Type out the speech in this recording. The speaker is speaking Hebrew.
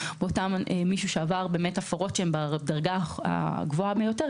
או מישהו שעבר הפרות שהן בדרגה הגבוהה ביותר,